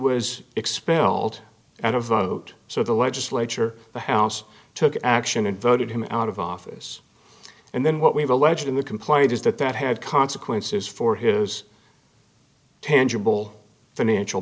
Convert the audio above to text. was expelled and a vote so the legislature the house took action and voted him out of office and then what we've alleged in the complaint is that that had consequences for his tangible financial